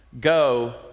Go